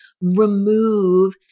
remove